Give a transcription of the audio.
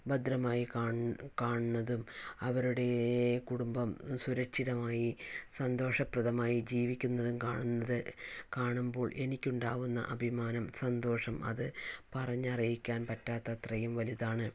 ഭദ്രമായി കാണു കാണുന്നതും അവരുടെ കുടുംബം സുരക്ഷിതമായി സന്തോഷപ്രദമായി ജീവിക്കുന്നതും കാണുന്നത് കാണുമ്പോൾ എനിക്കുണ്ടാകുന്ന അഭിമാനം സന്തോഷം അത് പറഞ്ഞറിയിക്കാൻ പറ്റാതത്രയും വലുതാണ്